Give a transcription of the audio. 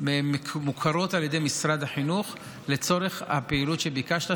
אוניברסיטאות מוכרות על ידי משרד החינוך לצורך הפעילות שביקשת,